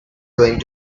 going